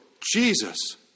Jesus